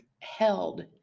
held